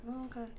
Okay